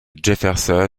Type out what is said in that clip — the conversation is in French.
jefferson